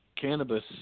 cannabis